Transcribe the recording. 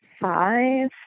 five